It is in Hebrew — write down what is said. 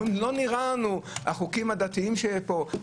אומרים: לא נראה לנו החוקים הדתיים שיש פה,